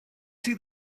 see